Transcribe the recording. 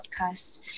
podcast